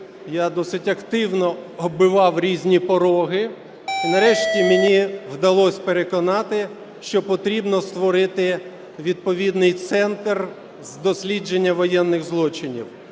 я досить активно оббивав різні пороги і нарешті мені вдалось переконати, що потрібно створити відповідний Центр з дослідження воєнних злочинів.